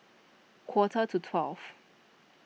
quarter to twelve